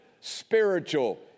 spiritual